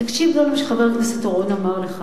תקשיב גם למה שחבר הכנסת אורון אמר לך.